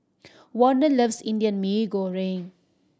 Warner loves Indian Mee Goreng